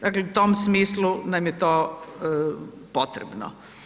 Dakle u tom smislu nam je to potrebno.